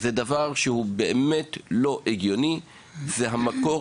זה דבר שהוא באמת לא הגיוני והוא המקור